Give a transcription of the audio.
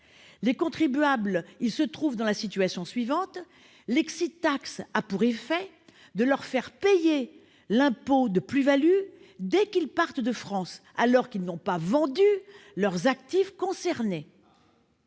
Les contribuables se trouvent dans la situation suivante : l'a pour effet de leur faire payer l'impôt sur la plus-value dès qu'ils partent de France, alors qu'ils n'ont pas vendu les actifs concernés.